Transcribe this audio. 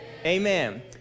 amen